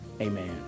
amen